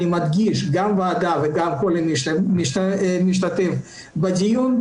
גם הוועדה וגם כל משתתף בדיון,